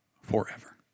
forever